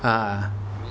ah